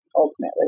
ultimately